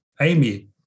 Amy